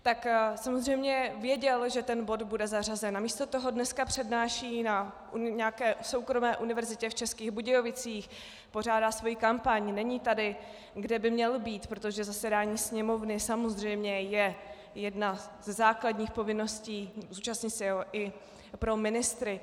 Tak samozřejmě věděl, že ten bod bude zařazen, a místo toho dneska přednáší na nějaké soukromé univerzitě v Českých Budějovicích, pořádá svoji kampaň, není tady, kde by měl být, protože zasedání Sněmovny samozřejmě je jedna ze základních povinností i pro ministry.